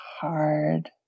hard